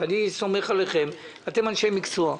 אני סומך עליכם, אתם אנשי מקצוע.